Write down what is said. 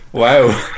wow